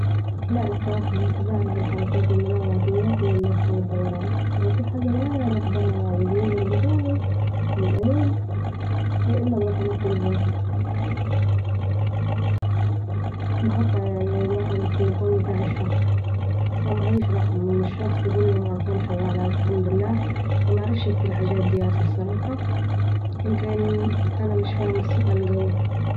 لا الصراحه مش بعرف الحركات الملاوعه دياتي و اللف و الدوران لو في حاجه معاي بحضرها باليوزر بتاعي الايميل يا إلا برقم التليفون بحضرها برقم التليفون بتاعي الشخص... أصلا معيش رقم مش شخصي كلهم ارقام شغاله الحمدلله فا معرفش في الحجات دي الصراحه ، ويمكن أنا مش فاهمه السؤال قوي